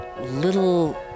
little